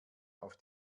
auf